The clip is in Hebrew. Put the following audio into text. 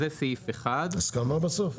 זה סעיף 1. הסכמה בסוף?